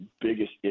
biggest